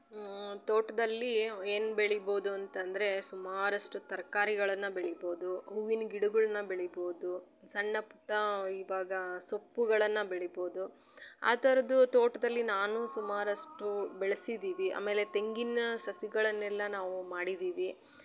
ತೋಟದಲ್ಲಿ ಏನು ಬೆಳೀಬೋದು ಅಂತಂದರೆ ಸುಮಾರಷ್ಟು ತರಕಾರಿಗಳನ್ನ ಬೆಳೀಬೋದು ಹೂವಿನ ಗಿಡಗಳ್ನ ಬೆಳೀಬೋದು ಸಣ್ಣಪುಟ್ಟ ಇವಾಗ ಸೊಪ್ಪುಗಳನ್ನು ಬೆಳೀಬೋದು ಆ ಥರದ್ದು ತೋಟದಲ್ಲಿ ನಾನೂ ಸುಮಾರಷ್ಟು ಬೆಳೆಸಿದೀವಿ ಆಮೇಲೆ ತೆಂಗಿನ ಸಸಿಗಳನ್ನೆಲ್ಲ ನಾವು ಮಾಡಿದ್ದೀವಿ